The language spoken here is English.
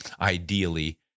ideally